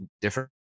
different